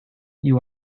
you